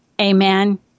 Amen